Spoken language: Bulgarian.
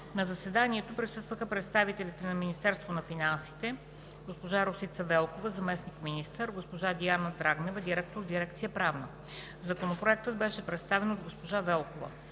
На заседанието присъстваха представителите на Министерство на финансите: госпожа Росица Велкова – заместник-министър; госпожа Диана Драгнева – директор на дирекция „Правна“. Законопроектът беше представен от госпожа Велкова.